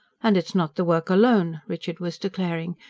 and it's not the work alone, richard was declaring,